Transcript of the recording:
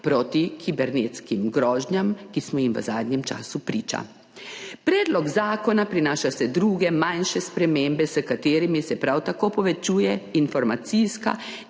proti kibernetskim grožnjam, ki smo jim v zadnjem času priča. Predlog zakona prinaša vse druge manjše spremembe, s katerimi se prav tako povečuje informacijska